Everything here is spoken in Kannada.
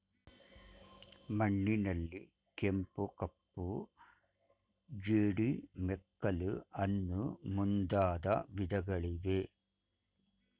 ಮಣ್ಣಿನಲ್ಲಿ ಕೆಂಪು, ಕಪ್ಪು, ಜೇಡಿ, ಮೆಕ್ಕಲು ಅನ್ನೂ ಮುಂದಾದ ವಿಧಗಳಿವೆ